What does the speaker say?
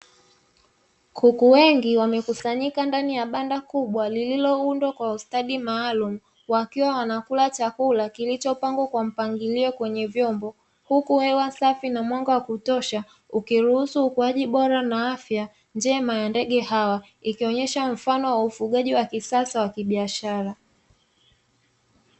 Kuku wengi wamekusanyika ndani ya banda kubwa lililoundwa kwa ustadi maalumu, wakiwa wanakula chakula kilichopangwa kwa mpangilio kwenye vyombo. Huku hewa safi na mwanga wa kutosha ukiruhusu ukuaji bora na afya njema ya ndege hawa, ikionyesha mfano wa ufugaji wa kisasa wa kibiashara.